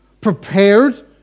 prepared